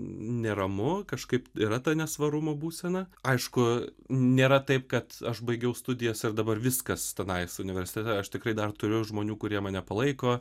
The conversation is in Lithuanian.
neramu kažkaip yra ta nesvarumo būsena aišku nėra taip kad aš baigiau studijas ir dabar viskas tenais universitete aš tikrai dar turiu žmonių kurie mane palaiko